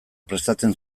prestatzen